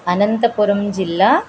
అనంతపురం జిల్లా